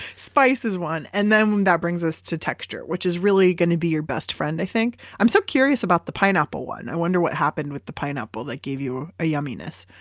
spice is one, and then that brings us to texture, which is really going to be your best friend i think. i'm so curious about the pineapple one. i wonder what happened with the pineapple that gave you a yumminess.